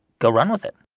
go run with it?